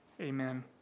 Amen